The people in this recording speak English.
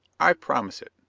i promise it.